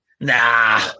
Nah